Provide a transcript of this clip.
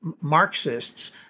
Marxists